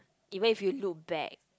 even if you look back